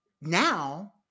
now